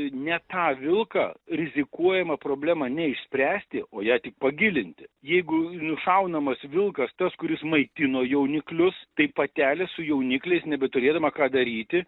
ne tą vilką rizikuojama problemą ne išspręsti o ją tik pagilinti jeigu nušaunamas vilkas tas kuris maitino jauniklius tai patelė su jaunikliais nebeturėdama ką daryti